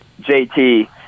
JT